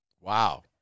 Wow